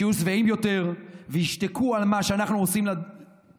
שיהיו שבעים יותר וישתקו על מה שאנחנו עושים למדינה.